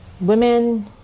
women